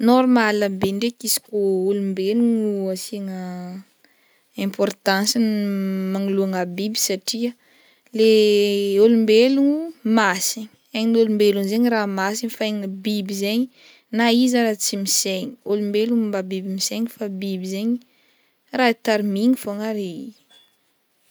Normala be ndraiky izy kô ôlombelogno asiagna importance-ny magnoloagna biby satria le ôlombelogno masigny, ain'olombelogno zaigny raha masigny fa aina biby zaigny na izy ara tsy misaigny, ôlombelogno mba biby misaigny fa biby zaigny raha tarimigna fogna regny.